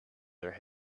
their